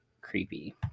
creepy